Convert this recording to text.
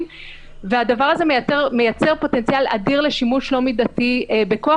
והדבר הזה מייצר פוטנציאל אדיר לשימוש לא מידתי בכוח,